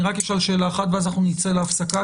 אני אשאל רק שאלה אחת ואז נצא להפסקה,